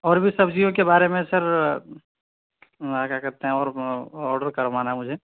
اور بھی سبزیوں کے بارے میں سر کیا کہتے ہیں اور آرڈر کروانا ہے مجھے